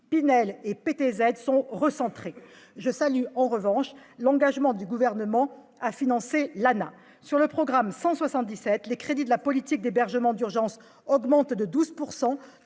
taux zéro, sont recentrés. Je salue en revanche l'engagement du Gouvernement à financer l'ANAH. Sur le programme 177, les crédits de la politique d'hébergement d'urgence augmentent de 12 %.